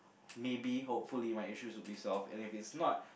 maybe hopefully my issues will be solved and if it's not